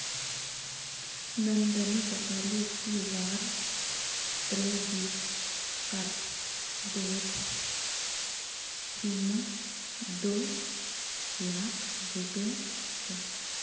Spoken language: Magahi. नंदनी बताले कि वहार क्रेडिट कार्डेर सीमा दो लाख रुपए छे